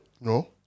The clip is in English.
No